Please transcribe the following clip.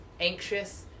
Anxious